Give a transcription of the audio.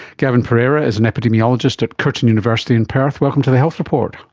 gavin pereira is an epidemiologist at curtin university in perth. welcome to the health report.